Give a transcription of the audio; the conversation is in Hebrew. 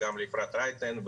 לאפרת רייטן,